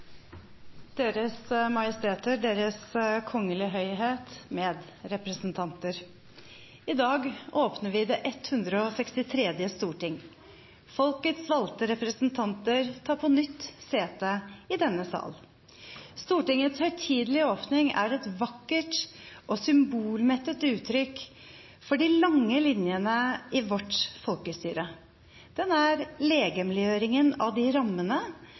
Deres Majesteter, Deres Kongelige Høyhet, medrepresentanter! I dag åpner vi det 163. storting. Folkets valgte representanter tar på nytt sete i denne sal. Stortingets høytidelige åpning er et vakkert og symbolmettet uttrykk for de lange linjene i vårt folkestyre. Den er legemliggjøringen av de rammene